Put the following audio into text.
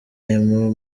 emu